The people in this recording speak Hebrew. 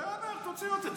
בסדר, תוציא אותי.